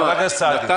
חבר הכנסת סעדי,